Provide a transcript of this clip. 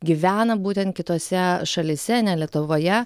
gyvena būtent kitose šalyse ne lietuvoje